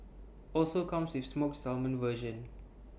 also comes with smoked salmon version